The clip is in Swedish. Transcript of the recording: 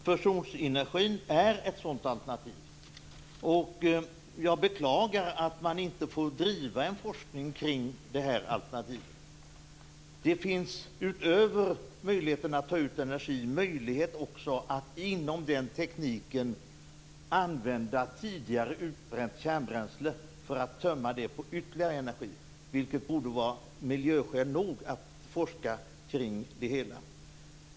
Fru talman! Jag menar att fusionsenergin är ett sådant alternativ. Jag beklagar att man inte får driva en forskning kring det alternativet. Det finns utöver möjligheterna att ta ut energi också möjlighet att inom den tekniken använda tidigare utbränt kärnbränsle för att tömma det på ytterligare energi, vilket borde vara miljöskäl nog att forska kring det hela.